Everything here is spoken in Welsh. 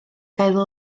gael